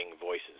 voices